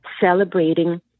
celebrating